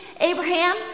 Abraham